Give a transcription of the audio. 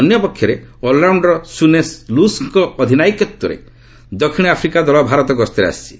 ଅନ୍ୟ ପକ୍ଷରେ allrounder Sune ଲୁସ୍ଙ୍କ ଅଧିନାୟକତ୍ୱରେ ଦକ୍ଷିଣ ଆଫ୍ରିକା ଦଳ ଭାରତ ଗସ୍ତରେ ଆସିଛି